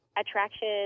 attraction